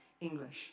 English